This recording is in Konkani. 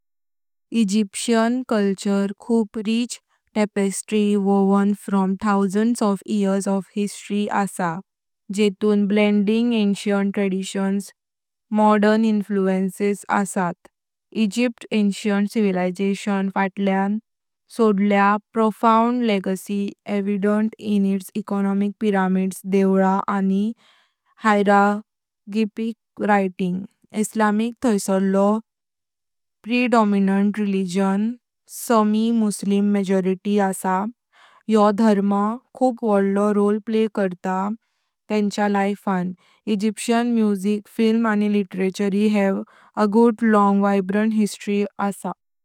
इजिप्शियन संस्कृति खूप समृद्ध टेपेस्ट्री आसा, जी हजारो वर्षांचे इतिहासातून विणलेली आसा। जेतूं प्राचीन परंपरांचो आणि आधुनिक प्रभावांचें मिश्रण असात। इजिप्तच्या प्राचीन सभ्यतेन फाटल्या सडला एक गहन वारसा, जो तिच्या प्रसिद्ध पिरॅमिड्स, देवळा, आनी हायरोग्लिफिक लिखाणांतून स्पष्ट दिसता। इस्लाम थायसारलो प्रमुख धर्म आसा, जे एक सुन्नी मुस्लिम बहुमत घेऊन आसा। यो धर्म खूप वडलो भूमिका प्ले करता तेंच्या लाइफांत। इजिप्शियन संगीत, फिल्म, आनी साहित्याचो एक लांब आनी जोशीला इतिहास आसा।